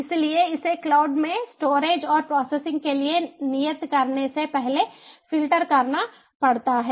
इसलिए इसे क्लाउड में स्टोरेज और प्रोसेसिंग के लिए नियत करने से पहले फ़िल्टर करना पड़ता है